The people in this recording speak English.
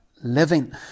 living